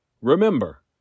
Remember